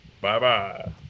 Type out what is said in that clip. Bye-bye